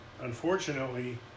Unfortunately